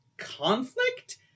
conflict